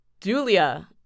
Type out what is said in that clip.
Julia